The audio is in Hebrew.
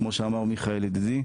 כמו שאמר מיכאל ידידי.